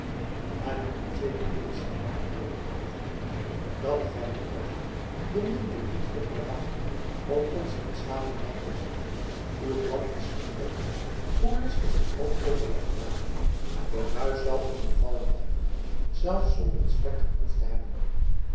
het doet u zeker leed zeide adeelen met bitterheid dat gij nu met hem de middelen niet kunt beramen om ons in slavernij te brengen uw plan is ontdekt hoe listig het ook overlegd ware de muis zal in de val blijven zelfs zonder het spek geproefd te hebben